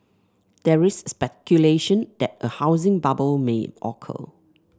there is speculation that a housing bubble may occur